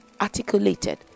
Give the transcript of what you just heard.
articulated